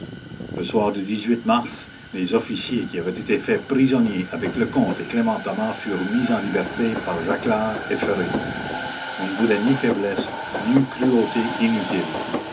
le soir du mars les officiers qui avaient été faits prisonniers avec lecomte et clément thomas furent mis en liberté par jaclard et ferré on ne voulait ni faiblesses ni cruautés inutiles